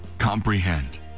Comprehend